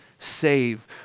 Save